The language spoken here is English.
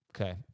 Okay